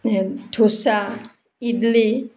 dosa idli